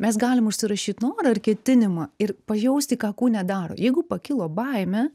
mes galim užsirašyt norą ar ketinimą ir pajausti ką kūne daro jeigu pakilo baimė